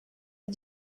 est